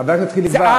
חבר הכנסת חיליק בר.